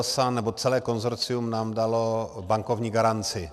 Geosan, nebo celé konsorcium nám dalo bankovní garanci.